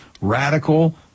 radical